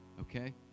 Okay